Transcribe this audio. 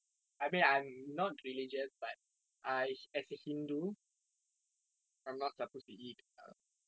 I mean I am not religious but I as a hindu I'm not suppose to eat um